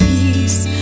Peace